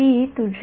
५ आहे बरोबर हे ०